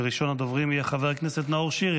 ראשון הדוברים יהיה חבר הכנסת נאור שירי